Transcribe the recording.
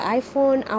iPhone